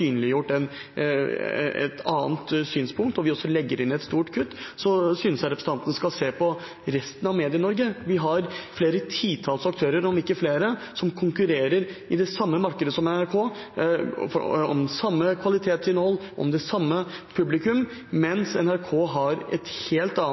et annet synspunkt, og hvor vi også legger inn et stort kutt, synes jeg representanten skal se på resten av Medie-Norge. Vi har flere titalls aktører, om ikke flere, som konkurrerer i det samme markedet som NRK, om samme kvalitetsinnhold, om det samme publikum,